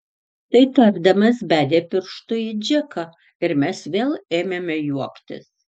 tai tardamas bedė pirštu į džeką ir mes vėl ėmėme juoktis